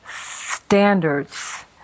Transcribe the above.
standards